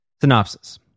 Synopsis